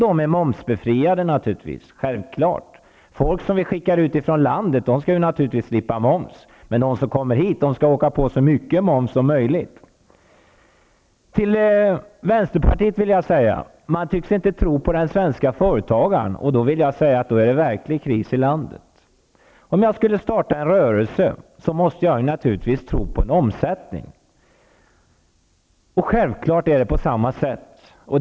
Dessa ställen är naturligtvis momsbefriade -- självklart. Folk som skickas ut ur landet skall naturligtvis slippa moms. Men de som kommer hit skall åka på så mycket moms som möjligt. Vänsterpartiet tycks inte tro på den svenska företagaren. Då är det verkligen kris i landet. Om jag skall starta en rörelse, måste jag naturligtvis tro på att det skall bli en omsättning. Självfallet är det på samma sätt här.